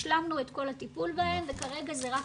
השלמנו את כל הטיפול בהם וכרגע זה רק